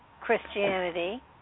Christianity